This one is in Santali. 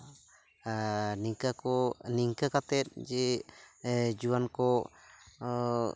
ᱱᱤᱝᱠᱟᱹ ᱠᱚ ᱱᱤᱝᱠᱟᱹ ᱠᱟᱛᱮᱫ ᱡᱮ ᱡᱩᱣᱟᱹᱱ ᱠᱚ